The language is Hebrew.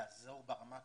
לעזור ברמה הקהילתית.